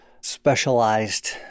specialized